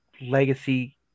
legacy